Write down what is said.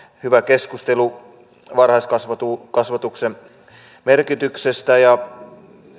hyvä keskustelu varhaiskasvatuksen merkityksestä ja